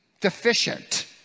deficient